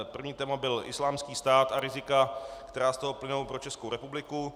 První téma byl Islámský stát a rizika, která z toho plynou pro Českou republiku.